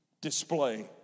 display